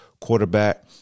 quarterback